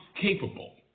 capable